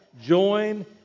join